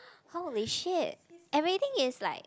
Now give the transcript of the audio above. holy shit everything is like